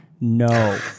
No